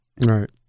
Right